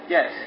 Yes